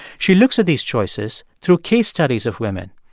she looks at these choices through case studies of women,